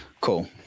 Cool